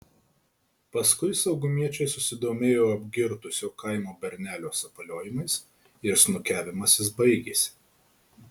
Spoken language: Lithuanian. paskui saugumiečiai susidomėjo apgirtusio kaimo bernelio sapaliojimais ir snukiavimasis baigėsi